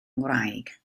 ngwraig